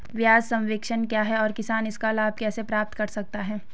ब्याज सबवेंशन क्या है और किसान इसका लाभ कैसे प्राप्त कर सकता है?